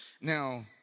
Now